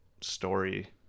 story